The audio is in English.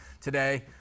today